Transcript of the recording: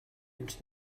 эмч